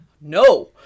No